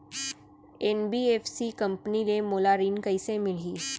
NBFC company ले मोला ऋण कइसे मिलही?